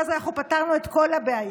ואז אנחנו פתרנו את כל הבעיה.